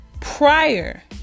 prior